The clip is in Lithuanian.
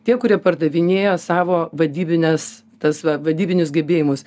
tie kurie pardavinėja savo vadybines tas va vadybinius gebėjimus